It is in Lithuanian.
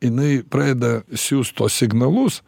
jinai pradeda siųst tuos signalus